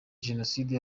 jenoside